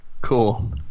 cool